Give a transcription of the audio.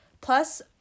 plus